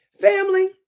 Family